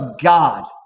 God